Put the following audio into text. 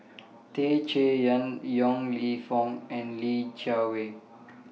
Tan Chay Yan Yong Lew Foong and Li Jiawei